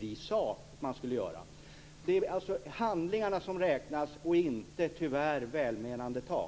riksdagen sagt att man skulle göra. Det är alltså handlingarna som räknas, och tyvärr inte välmenande tal!